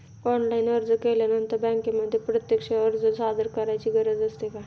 Online अर्ज केल्यानंतर बँकेमध्ये प्रत्यक्ष अर्ज सादर करायची गरज असते का?